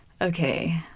Okay